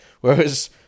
Whereas